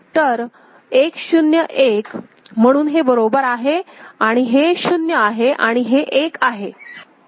तर 1 0 1 म्हणून हे 1 बरोबर आहे आणि हे 0 आहे आणि हे 1 आहे